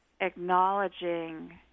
acknowledging